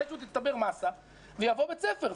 מתישהו תצטבר מסה ויבוא בית ספר,